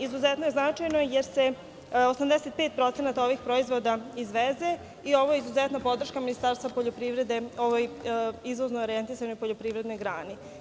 Izuzetno je značajno, jer se 85% ovih proizvoda izveze i ovo je izuzetna podrška Ministarstva poljoprivrede ovoj izvozno orijentisanoj poljoprivrednoj grani.